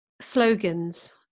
slogans